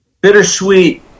bittersweet